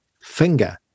finger